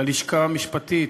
ללשכה המשפטית: